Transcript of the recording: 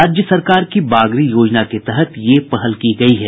राज्य सरकार की बागरी योजना के तहत ये पहल की गयी है